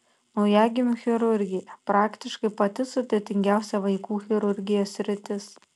naujagimių chirurgija praktiškai pati sudėtingiausia vaikų chirurgijos sritis